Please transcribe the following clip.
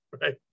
right